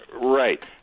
Right